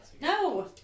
no